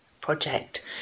project